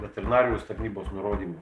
veterinarijos tarnybos nurodymu